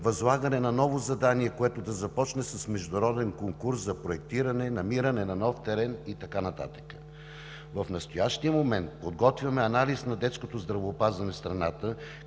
възлагане на ново задание, което да започне с международен конкурс за проектиране, намиране на нов терен и така нататък. В настоящия момент подготвяме анализ на детското здравеопазване в страната,